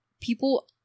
people